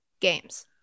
games